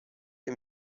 que